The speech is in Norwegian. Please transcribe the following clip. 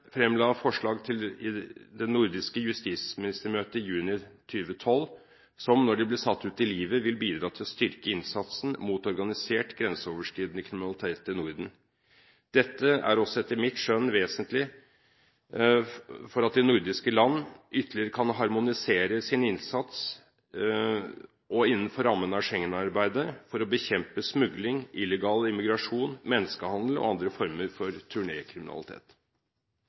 fremla forslag til det nordiske justisministermøtet i juni 2012 som, når de blir satt ut i livet, vil bidra til å styrke innsatsen mot organisert, grenseoverskridende kriminalitet i Norden. Dette er også – etter mitt skjønn – vesentlig for at de nordiske land ytterligere kan harmonisere sin innsats innenfor rammene av Schengen-samarbeidet for å bekjempe smugling, illegal immigrasjon, menneskehandel og andre former for